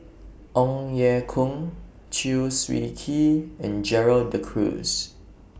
Ong Ye Kung Chew Swee Kee and Gerald De Cruz